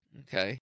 Okay